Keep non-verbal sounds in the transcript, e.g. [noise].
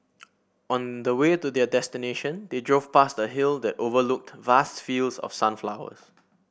[noise] on the way to their destination they drove past a hill that overlooked vast fields of sunflowers